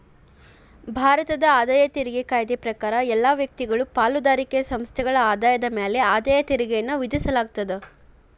ಭಾರತದ ಆದಾಯ ತೆರಿಗೆ ಕಾಯ್ದೆ ಪ್ರಕಾರ ಎಲ್ಲಾ ವ್ಯಕ್ತಿಗಳು ಪಾಲುದಾರಿಕೆ ಸಂಸ್ಥೆಗಳ ಆದಾಯದ ಮ್ಯಾಲೆ ಆದಾಯ ತೆರಿಗೆಯನ್ನ ವಿಧಿಸಲಾಗ್ತದ